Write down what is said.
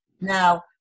now